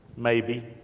maybe